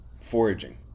foraging